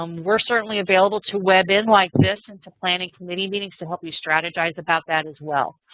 um we're certainly available to web in like this and to planning committee meetings to help you strategize about that as well.